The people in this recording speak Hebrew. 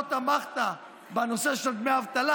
לא תמכת בנושא של דמי אבטלה,